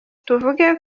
tuvuge